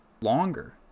longer